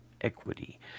Equity